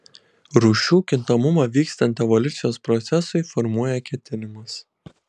rūšių kintamumą vykstant evoliucijos procesui formuoja ketinimas